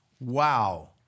Wow